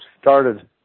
started